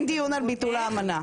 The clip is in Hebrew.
אין דיון על ביטול האמנה.